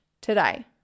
today